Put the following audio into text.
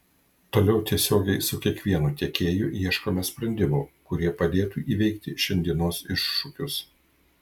toliau tiesiogiai su kiekvienu tiekėju ieškome sprendimų kurie padėtų įveikti šiandienos iššūkius